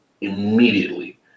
immediately